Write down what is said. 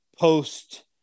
post